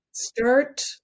Start